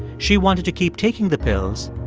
she wanted to keep taking the pills,